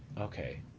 okay